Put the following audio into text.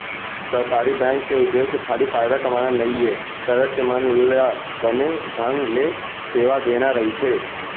सहकारी बेंक के उद्देश्य खाली फायदा कमाना नइये, सदस्य मन ल बने ढंग ले सेवा देना रइथे